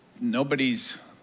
nobody's